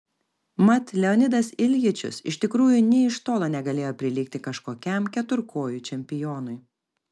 mat leonidas iljičius iš tikrųjų nė iš tolo negalėjo prilygti kažkokiam keturkojui čempionui